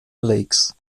lakes